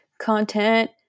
content